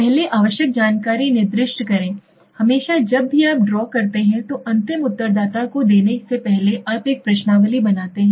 पहले आवश्यक जानकारी निर्दिष्ट करें हमेशा जब भी आप ड्रा करते हैं तो अंतिम उत्तरदाता को देने से पहले आप एक प्रश्नावली बनाते हैं